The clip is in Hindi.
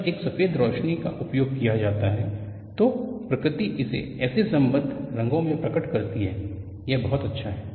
जब एक सफेद रोशनी का उपयोग किया जाता है तो प्रकृति इसे ऐसे समृद्ध रंगों में प्रकट करती है यह बहुत अच्छा है